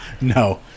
No